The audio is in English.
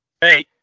Hey